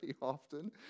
often